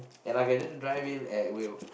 ya lah can just drive in at will